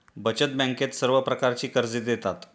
बचत बँकेत सर्व प्रकारची कर्जे देतात